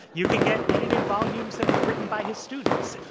you can get edited volumes that were written by his students.